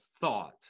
thought